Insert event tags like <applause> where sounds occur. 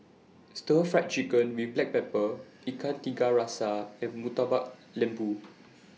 Stir Fried Chicken with Black Pepper <noise> Ikan Tiga Rasa and Murtabak Lembu